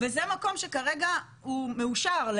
וזה מקום שכרגע הוא מאושר,